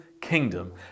kingdom